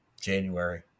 January